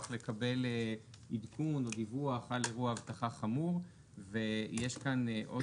לקבל עדכון או דיווח על אירוע אבטחה חמור ויש כאן עוד